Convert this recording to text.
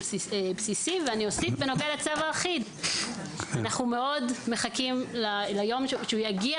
בסיסי ואני אוסיף ואומר בנוגע לצו האחיד שאנחנו מאוד מחכים ליום שהוא יגיע